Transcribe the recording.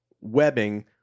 webbing